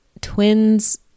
twins